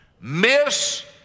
miss